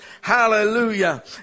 hallelujah